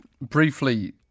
briefly